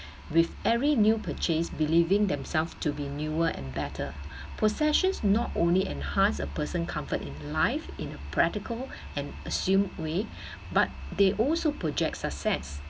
with every new purchase believing themselves to be newer and better possessions not only enhance a person comfort in life in a practical and assumed way but they also projects success